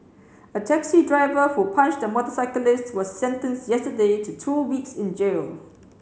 a taxi driver who punched the motorcyclist was sentenced yesterday to two weeks in jail